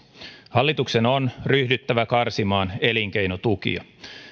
hallituksen on ryhdyttävä karsimaan elinkeinotukia